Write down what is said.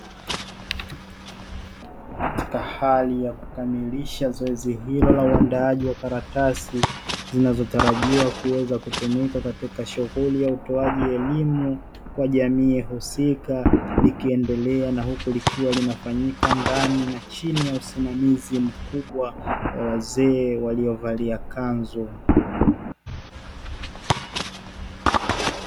Katika hali ya kukamilisha zoezi hilo la uandaaji wa karatasi zinazotarajiwa kuweza kutumika katika shughuli ya utoaji elimu kwa jamii husika likiendelea na huku likiwa linafanyika ndani na chini ya usimamizi mkubwa wa wazee waliovalia kanzu.